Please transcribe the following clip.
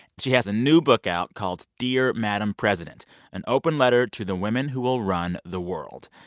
she has a new book out called dear madam president an open letter to the women who will run the world.